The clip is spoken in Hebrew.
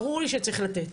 ברור לי שצריך לתת,